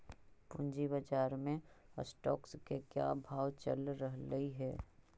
पूंजी बाजार में स्टॉक्स के क्या भाव चल रहलई हे